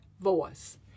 voice